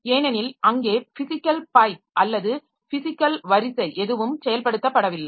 ஏனெனில் அங்கே physical pipe அல்லது பிஸிக்கல் வரிசை எதுவும் செயல்படுத்தப்படவில்லை